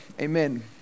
Amen